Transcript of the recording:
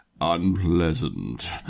unpleasant